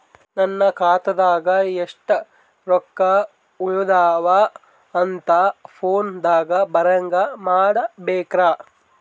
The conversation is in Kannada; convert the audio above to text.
ನನ್ನ ಖಾತಾದಾಗ ಎಷ್ಟ ರೊಕ್ಕ ಉಳದಾವ ಅಂತ ಫೋನ ದಾಗ ಬರಂಗ ಮಾಡ ಬೇಕ್ರಾ?